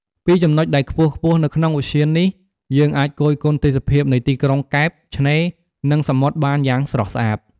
ពីចំណុចដែលខ្ពស់ៗនៅក្នុងឧទ្យាននេះ យើងអាចគយគន់ទេសភាពនៃទីក្រុងកែប ឆ្នេរ និងសមុទ្របានយ៉ាងស្រស់ស្អាត។